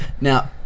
Now